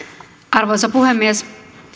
arvoisa puhemies